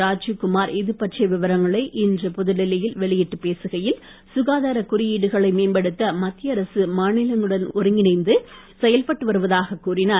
ராஜீவ்குமார் இதுபற்றிய விவரங்களை இன்று புதுடெல்லியில் வெளியிட்டு பேசுகையில் சுகாதாரக் குறியீடுகளை மேம்படுத்த மத்திய அரசு மாநிலங்களுடன் ஒருங்கிணைந்து செயல்பட்டு வருவதாக கூறினார்